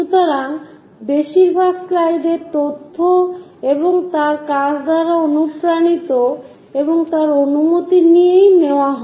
সুতরাং বেশিরভাগ স্লাইডে তথ্য এবং তার কাজ দ্বারা অনুপ্রাণিত এবং তার অনুমতি নিয়ে নেওয়া হয়